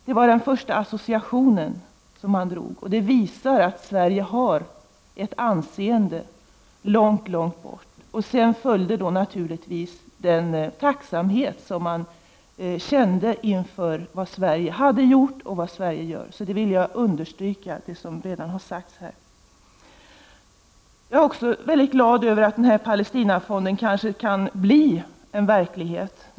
Det var hans första association, och den visar att Sverige har ett anseende också långt borta. Sedan följde uttryck för den tacksamhet som man kände inför vad Sverige hade gjort och fortfarande gör. Jag vill i det avseendet understryka det som redan har sagts här. Jag är glad över att Palestinafonden kanske kan bli verklighet.